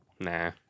Nah